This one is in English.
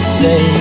say